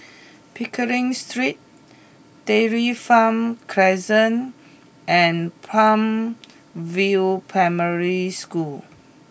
Pickering Street Dairy Farm Crescent and Palm View Primary School